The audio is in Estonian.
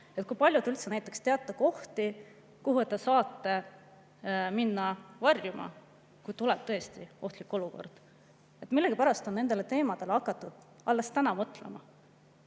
Kui palju te üldse näiteks teate kohti, kuhu saate minna varjuma, kui tuleb tõesti ohtlik olukord? Millegipärast on nendele teemadele hakatud alles täna mõtlema,